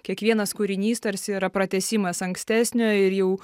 kiekvienas kūrinys tarsi yra pratęsimas ankstesnio ir jau